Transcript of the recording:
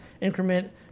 Increment